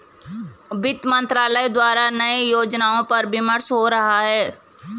वित्त मंत्रालय द्वारा नए योजनाओं पर विमर्श हो रहा है